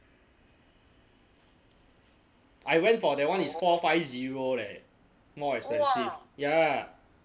I went for that one is four five zero leh more expensive ya